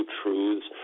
truths